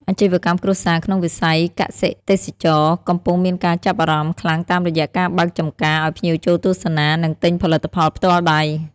អាជីវកម្មគ្រួសារក្នុងវិស័យកសិ-ទេសចរណ៍ កំពុងមានការចាប់អារម្មណ៍ខ្លាំងតាមរយៈការបើកចម្ការឱ្យភ្ញៀវចូលទស្សនា និងទិញផលិតផលផ្ទាល់ដៃ។